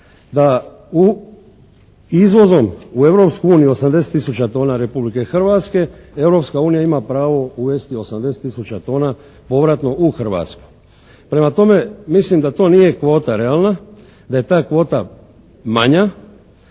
uniju 80 tisuća tona Republike Hrvatske Europska unija ima pravo uvesti 80 tisuća tona povratno u Hrvatsku. Prema tome, mislim da to nije kvota realna. Da je ta kvota manja.